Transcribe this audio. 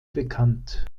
bekannt